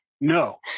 no